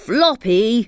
Floppy